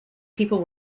people